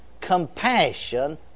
compassion